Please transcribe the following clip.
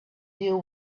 deal